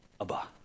Abba